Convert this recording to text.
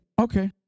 Okay